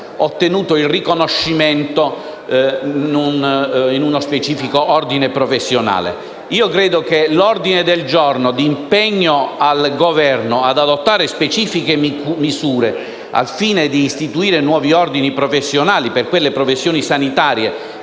ottenuto il riconoscimento in uno specifico ordine professionale. Credo che l'ordine del giorno di impegno al Governo ad adottare specifiche misure al fine di istituire nuovi Ordini professionali per quelle professioni sanitarie